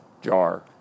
jar